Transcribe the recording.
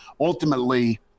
ultimately